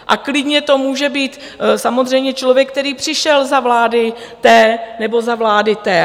A klidně to může být samozřejmě člověk, který přišel za vlády té nebo za vlády té.